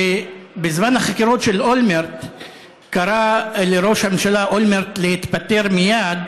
שבזמן החקירות של אולמרט קרא לראש הממשלה אולמרט להתפטר מייד,